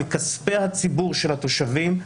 מכספי הציבור של התושבים,